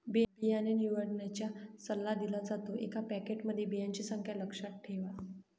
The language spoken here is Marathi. बियाणे निवडण्याचा सल्ला दिला जातो, एका पॅकेटमध्ये बियांची संख्या लक्षात ठेवा